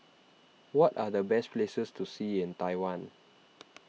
what are the best places to see in Taiwan